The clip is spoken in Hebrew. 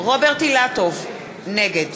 רוברט אילטוב, נגד